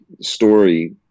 story